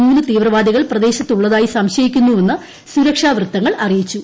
മൂന്ന് തീവ്രവാദികൾ പ്രദേശത്ത് ഉള്ളതായി സംശയിക്കുന്നുവെന്ന് സുരക്ഷാവൃത്തങ്ങൾ അറിയിച്ചു